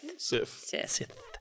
Sith